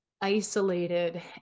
isolated